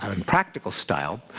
and and practical style.